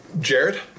Jared